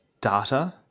data